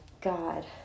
God